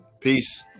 peace